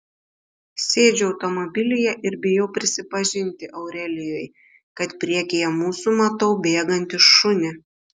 sėdžiu automobilyje ir bijau prisipažinti aurelijui kad priekyje mūsų matau bėgantį šunį